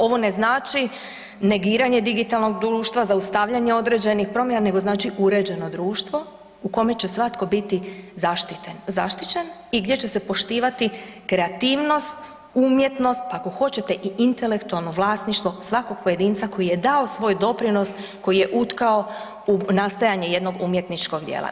Ovo ne znači negiranje digitalnog društva, zaustavljanje određenih promjena, nego znači uređeno društvo u kome će svatko biti zaštićen i gdje će se poštivati kreativnost, umjetnost, pa ako hoćete i intelektualno vlasništvo svakog pojedinca koji je dao svoj doprinos, koji je utkao u nastajanje jednog umjetničkog djela.